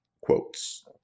quotes